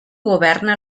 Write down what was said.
governa